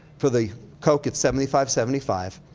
for the coke, it's seventy five seventy five.